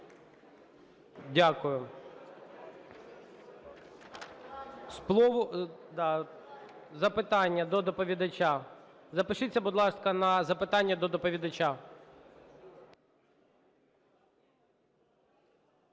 Да, запитання до доповідача. Запишіться, будь ласка, на запитання до доповідача.